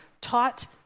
taught